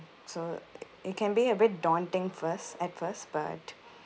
so it can be a bit daunting first at first but